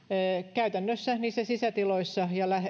käytännössä niissä sisätiloissa ja